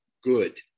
good